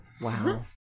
Wow